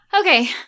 Okay